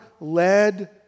led